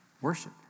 worship